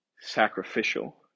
sacrificial